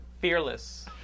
Fearless